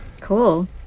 Cool